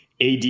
AD